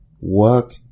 work